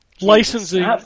licensing